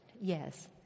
Yes